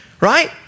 right